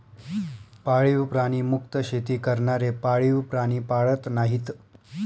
पाळीव प्राणी मुक्त शेती करणारे पाळीव प्राणी पाळत नाहीत